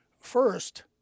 First